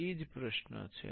તે જ પ્રશ્ન છે